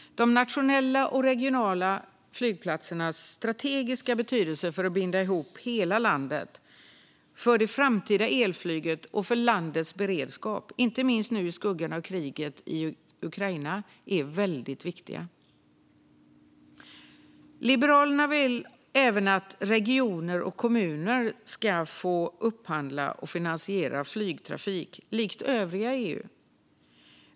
De nationella och regionala flygplatsernas strategiska betydelse för att binda ihop hela landet, för det framtida elflyget och för landets beredskap, inte minst nu i skuggan av kriget i Ukraina, är väldigt stor. Liberalerna vill även att regioner och kommuner ska få upphandla och finansiera flygtrafik, som i övriga EU.